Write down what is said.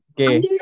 okay